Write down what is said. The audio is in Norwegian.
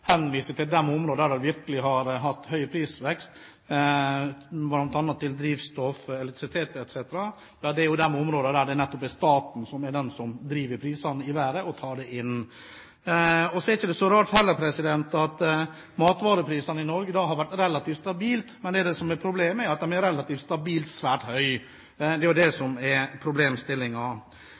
henviser til de områder der det virkelig har vært høy prisvekst, bl.a. til drivstoff og elektrisitet, som er områder der det nettopp er staten som driver prisene i været. Så er det heller ikke så rart at matvareprisene i Norge har vært relativt stabile. Men det som er problemet, er at de er relativt stabilt svært høye. Det er jo det som er